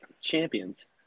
Champions